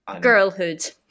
girlhood